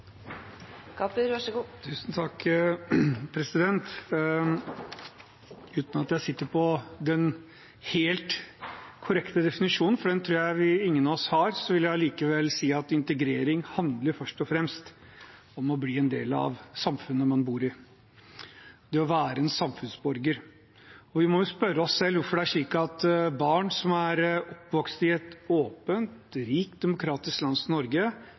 Uten at jeg sitter på den helt korrekte definisjonen, for den tror jeg ingen av oss har, vil jeg allikevel si at integrering handler først og fremst om å bli en del av samfunnet man bor i, det å være en samfunnsborger. Vi må jo spørre oss selv hvorfor det er slik at barn som er oppvokst i et åpent, rikt og demokratisk land som Norge,